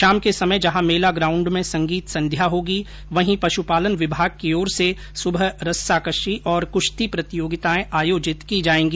शाम के समय जहां मेला ग्राउण्ड में संगीत संध्या होगी वहीं पश्पालन विभाग की ओर से सुबह रस्साकशी और कृश्ती प्रतियोगिताएं आयोजित की जायेंगी